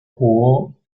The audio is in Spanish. jugó